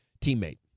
teammate